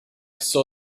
saw